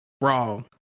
Wrong